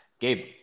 Gabe